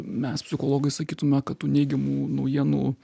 mes psichologai sakytume kad tų neigiamų naujienų